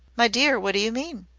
my dear, what do you mean?